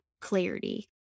clarity